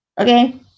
Okay